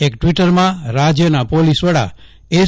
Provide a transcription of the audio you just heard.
એક ટ્વીટરમાં રાજ્યના પોલીસ વડા એસ